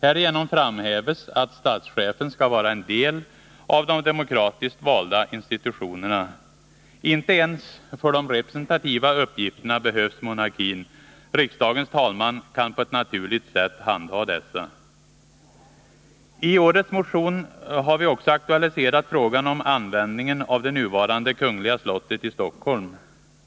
Härigenom framhäves att statschefen skall vara en del av de = Vissa grundlagsdemokratiskt valda institutionerna. Inte ens för de representativa uppgifter — frågor na behövs monarkin. Riksdagens talman kan på ett naturligt sätt handha dessa. I årets motion har vi också aktualiserat frågan om användningen av det nuvarande kungliga slottet i Stockholm.